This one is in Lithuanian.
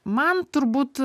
man turbūt